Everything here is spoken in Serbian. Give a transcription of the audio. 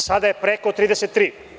Sada je preko 33.